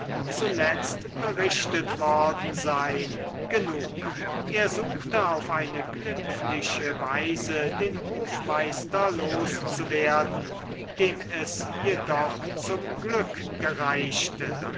zuletzt berichtet worden sein genug er suchte auf eine glimpfliche weise den hofmeister los zu werden dem es jedoch zum glück gereichte